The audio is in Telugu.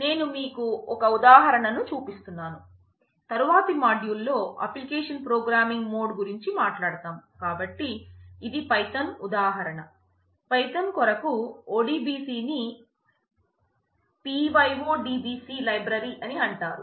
నేను మీకు ఒక ఉదాహరణను చూపిస్తున్నాను తరువాత మాడ్యూల్ లో అప్లికేషన్ ప్రోగ్రామింగ్ మోడ్ అని అంటారు